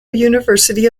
university